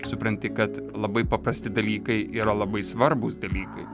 supranti kad labai paprasti dalykai yra labai svarbūs dalykai